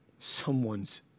someone's